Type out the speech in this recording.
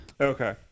Okay